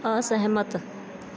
ਅਸਹਿਮਤ